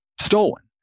stolen